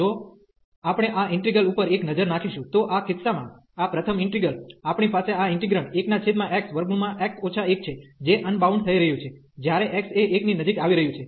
જો આપણે આ ઇન્ટિગ્રલ ઉપર એક નજર નાખીશું તો આ કિસ્સામાં આ પ્રથમ ઈન્ટિગ્રલ આપણી પાસે આ ઈન્ટિગ્રેન્ડ 1xx 1 છે જે અનબાઉન્ડ થઈ રહ્યું છે જ્યારે x એ 1 ની નજીક આવી રહ્યું છે